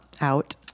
out